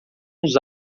uns